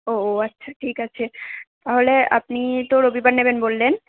ও ও আচ্ছা ঠিক আছে তাহলে আপনি তো রবিবার নেবেন বললেন